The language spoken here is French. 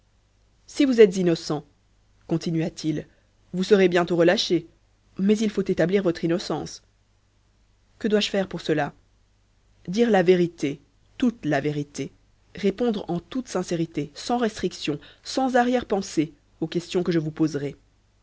si vous êtes innocent continua-t-il vous serez bientôt relâché mais il faut établir votre innocence que dois-je faire pour cela dire la vérité toute la vérité répondre en toute sincérité sans restrictions sans arrière-pensée aux questions que je vous poserai